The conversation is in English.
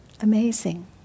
Amazing